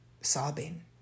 sobbing